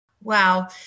Wow